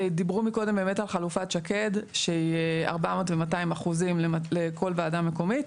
דיברו מקודם באמת על חלופת שקד שהיא 400 ו-200% לכל ועדה מקומית,